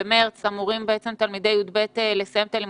אז במרס אמורים תלמידי יב' לסיים את הלימודים,